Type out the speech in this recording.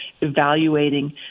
evaluating